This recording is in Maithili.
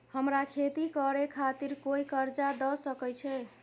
हमरा खेती करे खातिर कोय कर्जा द सकय छै?